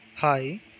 Hi